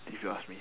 if you ask me